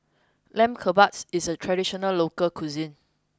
Lamb Kebabs is a traditional local cuisine